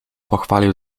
pochwalił